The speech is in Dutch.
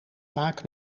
vaak